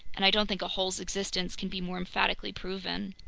and i don't think a hole's existence can be more emphatically proven.